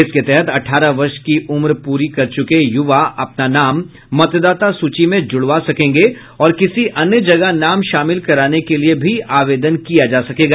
इसके तहत अठारह वर्ष की उम्र पूरी कर चूके यूवा अपना नाम मतदाता सूची में जूड़वा सकेंगे और किसी अन्य जगह नाम शामिल कराने के लिए भी आवेदन किया जा सकेगा